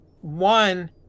One